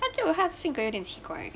那个他的性格有点奇怪